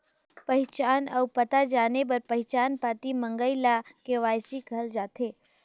पहिचान अउ पता जाने बर पहिचान पाती मंगई ल के.वाई.सी कहल जाथे